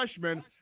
freshmen